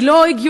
היא לא הגיונית,